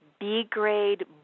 B-grade